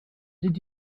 did